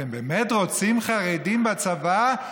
אתם באמת רוצים חרדים בצבא,